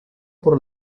por